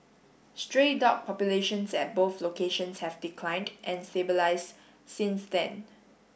stray dog populations at both locations have declined and stabilised since then